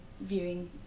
viewing